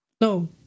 No